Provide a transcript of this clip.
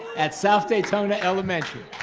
at south daytona elementary,